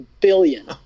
billion